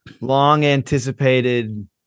long-anticipated